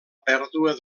pèrdua